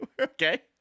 Okay